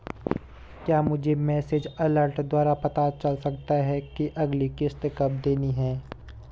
क्या मुझे message alert द्वारा पता चल सकता कि अगली किश्त कब देनी है?